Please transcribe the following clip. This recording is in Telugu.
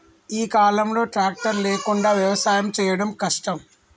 ఈ కాలం లో ట్రాక్టర్ లేకుండా వ్యవసాయం చేయడం కష్టం